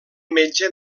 metge